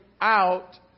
out